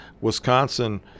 Wisconsin